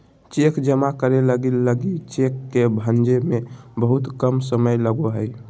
cheque जमा करे लगी लगी चेक के भंजे में बहुत कम समय लगो हइ